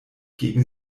gegen